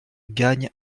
gagne